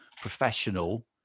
professional